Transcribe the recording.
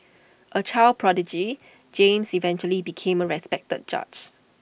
A child prodigy James eventually became A respected judge